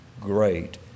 great